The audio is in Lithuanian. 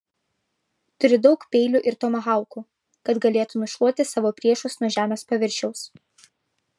turi daug peilių ir tomahaukų kad galėtų nušluoti savo priešus nuo žemės paviršiaus